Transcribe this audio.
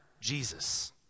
Jesus